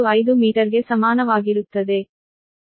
995 ಮೀಟರ್ಗೆ ಸಮಾನವಾಗಿರುತ್ತದೆ